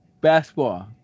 basketball